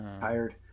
tired